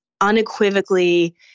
unequivocally